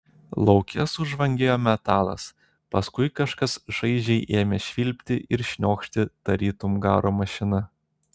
lauke sužvangėjo metalas paskui kažkas šaižiai ėmė švilpti ir šniokšti tarytum garo mašina